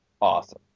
Awesome